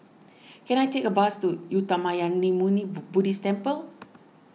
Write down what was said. can I take a bus to Uttamayanmuni Buddhist Temple